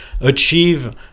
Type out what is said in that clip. achieve